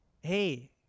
hey